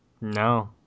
No